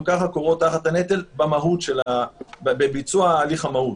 ככה כורעים תחת הנטל בביצוע הליך המהו"ת.